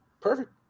Perfect